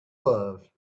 love